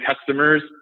customers